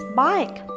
bike